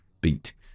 beat